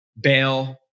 bail